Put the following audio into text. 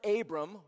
Abram